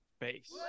face